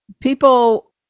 people